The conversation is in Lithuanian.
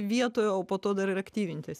vietoje o po to dar ir aktyvintis